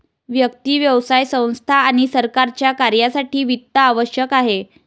व्यक्ती, व्यवसाय संस्था आणि सरकारच्या कार्यासाठी वित्त आवश्यक आहे